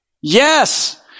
Yes